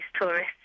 tourists